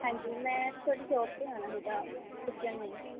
ਹਾਂਜੀ ਮੈਂ ਤੁਹਾਡੀ ਸ਼ੋਪ 'ਤੇ ਆਉਣਾ ਸੀਗਾ ਜੁੱਤੀਆਂ ਲੈਣ